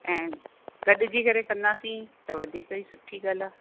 ऐं गॾिजी करे कंदासीं त वधीक ई सुठी ॻाल्हि आहे